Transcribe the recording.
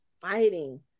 fighting